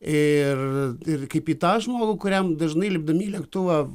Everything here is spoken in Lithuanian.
ir ir kaip į tą žmogų kuriam dažnai lipdami į lėktuvą